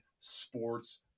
sports